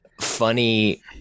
funny